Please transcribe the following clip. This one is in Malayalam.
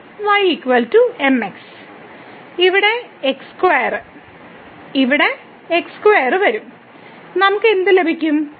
ഇവിടെ x2 ഇവിടെ x2 ഇവിടെയും x2 വരും നമുക്ക് എന്ത് ലഭിക്കും